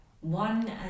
one